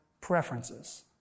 preferences